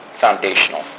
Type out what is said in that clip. Foundational